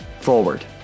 forward